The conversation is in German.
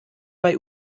bei